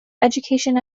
education